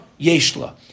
yeshla